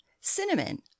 cinnamon